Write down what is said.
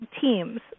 teams